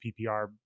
PPR